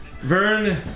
Vern